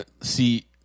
See